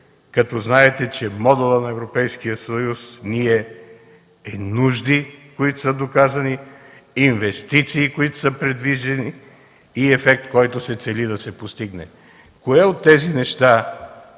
като знаете, че модулът на Европейския съюз ни е за нужди, които са доказани, инвестиции, които са предвидени, и ефект, който се цели да се постигне? Кое от тези неща